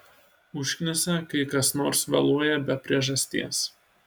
užknisa kai kas nors vėluoja be priežasties